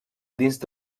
dins